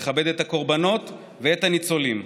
לכבד את הקורבנות ואת הניצולים,